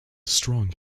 strong